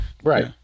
Right